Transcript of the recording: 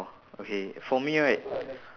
okay for me right